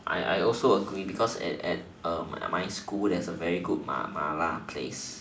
I I also agree because at at my school there's a very good malay malay place